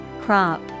Crop